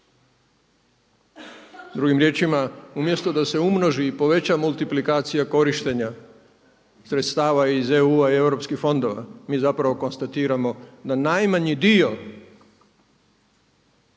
Drugim riječima umjesto da se umnoži i poveća multiplikacija korištenja sredstava iz EU-a i europskih fondova mi zapravo konstatiramo na najmanji dio